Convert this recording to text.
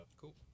Cool